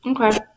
Okay